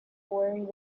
worried